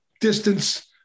distance